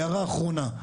הערה אחרונה,